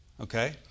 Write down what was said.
Okay